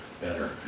better